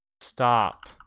stop